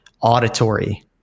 auditory